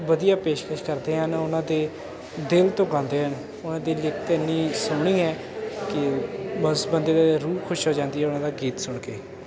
ਵਧੀਆ ਪੇਸ਼ਕਸ਼ ਕਰਦੇ ਹਨ ਉਹਨਾਂ ਦੇ ਦਿਲ ਤੋਂ ਗਾਉਂਦੇ ਹਨ ਉਹਨਾਂ ਦੀ ਲਿਖਤ ਇੰਨੀ ਸੋਹਣੀ ਹੈ ਕਿ ਬਸ ਬੰਦੇ ਦੇ ਰੂਹ ਖੁਸ਼ ਹੋ ਜਾਂਦੀ ਉਹਨਾਂ ਦਾ ਗੀਤ ਸੁਣ ਕੇ